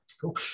cool